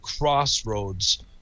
crossroads